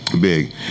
Big